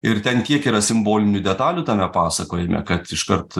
ir ten tiek yra simbolinių detalių tame pasakojime kad iškart